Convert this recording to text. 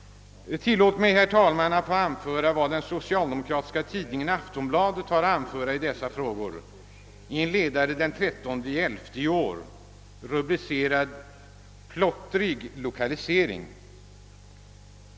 Tillåt mig, herr talman, att få citera vad den socialdemokratiska tidningen Aftonbladet anfört i dessa frågor i en ledare den 13/11 i år rubricerad »Plottrig lokalisering».